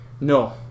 No